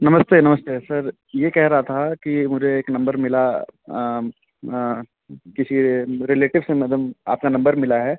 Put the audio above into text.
नमस्ते नमस्ते सर यह कह रहा था कि मुझे एक नंबर मिला किसी रेलेटिव से मतलब आपका नंबर मिला है